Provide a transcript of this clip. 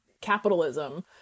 capitalism